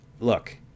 look